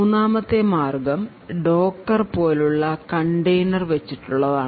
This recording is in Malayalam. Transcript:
മൂന്നാമത്തെ മാർഗം ഡോക്കർ പോലുള്ള കണ്ടെയ്നർ വെച്ചിട്ടുള്ളതാണ്